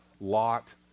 lot